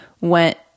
went